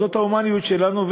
זאת ה"הומניות" שלנו,